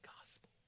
gospel